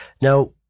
Now